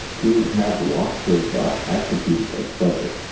to have lots of attributes of pleasure